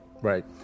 Right